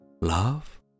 Love